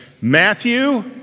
Matthew